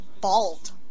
Bald